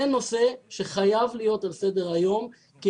זה נושא שחייב להיות על סדר היום כי